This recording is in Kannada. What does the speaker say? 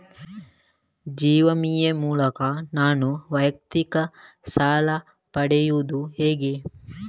ಜೀವ ವಿಮೆ ಮೂಲಕ ನಾನು ವೈಯಕ್ತಿಕ ಸಾಲ ಪಡೆಯುದು ಹೇಗೆ?